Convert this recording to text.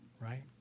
right